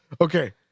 Okay